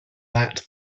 that